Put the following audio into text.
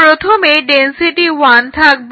প্রথমে ডেনসিটি 1 থাকবে